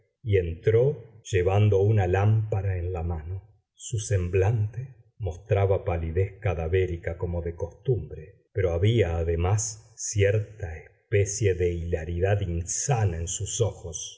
y entró llevando una lámpara en la mano su semblante mostraba palidez cadavérica como de costumbre pero había además cierta especie de hilaridad insana en sus ojos